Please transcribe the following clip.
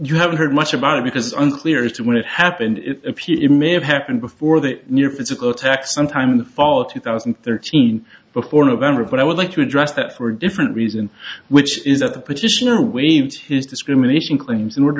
you haven't heard much about it because unclear as to when it happened it may have happened before that mere physical attack sometime in the fall of two thousand and thirteen before november but i would like to address that for a different reason which is that the petitioner waived his discrimination claims in order